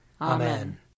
Amen